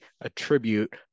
attribute